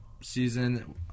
season